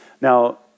Now